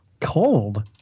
cold